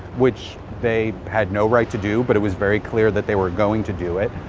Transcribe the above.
which they had no right to do, but it was very clear that they were going to do it.